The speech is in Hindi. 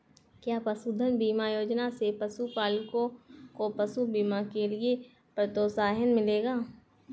क्या पशुधन बीमा योजना से पशुपालकों को पशु बीमा के लिए प्रोत्साहन मिलेगा?